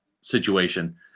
situation